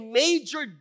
major